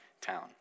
town